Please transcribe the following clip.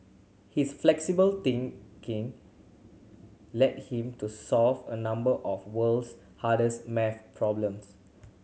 his flexible thinking led him to solve a number of world's hardest maths problems